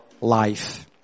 life